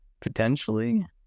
potentially